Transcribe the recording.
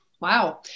wow